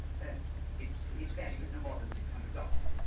and its its value is no more than six hundred dollars.